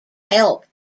help